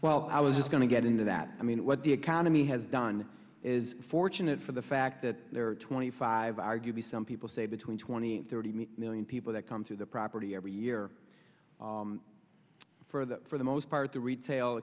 well i was going to get into that i mean what the economy has done is fortunate for the fact that there are twenty five arguably some people say between twenty and thirty meter million people that come through the property every year for the for the most part the retail